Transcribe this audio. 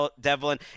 Devlin